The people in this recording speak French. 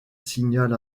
signal